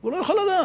והוא לא יכול לדעת,